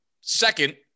second